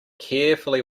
carefully